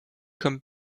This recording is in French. comme